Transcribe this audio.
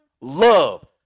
Love